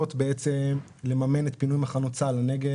מיועדות לממן את פינוי מחנות צה"ל לנגב,